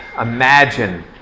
imagine